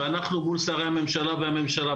ואנחנו מול שרי הממשלה והממשלה,